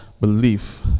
belief